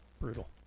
Brutal